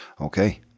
Okay